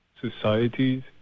societies